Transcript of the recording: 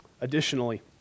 Additionally